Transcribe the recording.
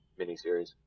miniseries